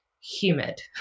humid